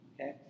Okay